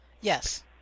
Yes